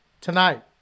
tonight